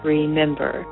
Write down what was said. remember